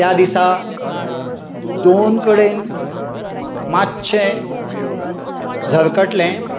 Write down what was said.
त्या दिसा दोन कडेन मातशें झरकटलें